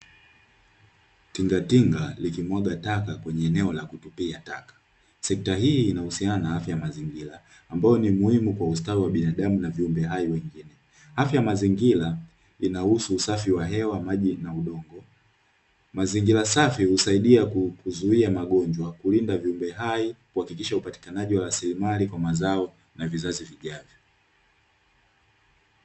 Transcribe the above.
Tingatinga likimwaga taka kwenye eneo la kutupia taka, sekta hii inahusiana na afya ya mazingira ambayo ni muhimu kwa ustawi wa binadamu na viumbe hai wengine, afya ya mazingira inahusu usafi wa hewa, maji na udongo, mazingira safi husaidia kuzuia magonjwa, kulinda viumbe hai kuhakikisha upatikanaji wa rasilimali kwa mazao na vizazi vijavyo.